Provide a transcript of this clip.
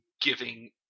giving